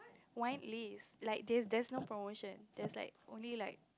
wine list like there's there's no promotion there's like only like